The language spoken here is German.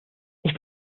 ich